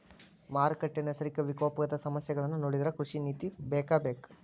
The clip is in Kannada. ಮಾರುಕಟ್ಟೆ, ನೈಸರ್ಗಿಕ ವಿಪಕೋಪದ ಸಮಸ್ಯೆಗಳನ್ನಾ ನೊಡಿದ್ರ ಕೃಷಿ ನೇತಿ ಬೇಕಬೇಕ